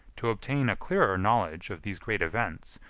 to obtain a clearer knowledge of these great events,